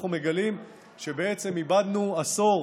אנחנו מגלים שבעצם איבדנו עשור